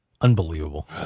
Unbelievable